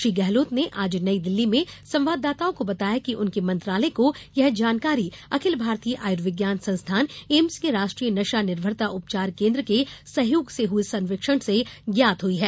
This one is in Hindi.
श्री गहलोत ने आज नई दिल्ली में संवाददाताओं को बताया कि उनके मंत्रालय को यह जानकारी अखिल भारतीय आयुर्विज्ञान संस्थान एम्स के राष्ट्रीय नशा निर्भरता उपचार केन्द्र के सहयोग से हुए सर्वेक्षण से ज्ञात हुई है